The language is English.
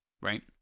Right